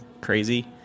crazy